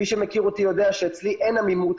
מי שמכיר אותי יודע שאצלי אין עמימות.